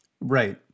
Right